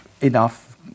enough